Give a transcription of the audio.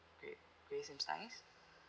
grey grey seems nice